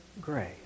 grace